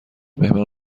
مهمان